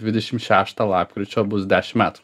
dvidešim šeštą lapkričio bus dešim metų